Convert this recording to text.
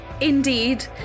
indeed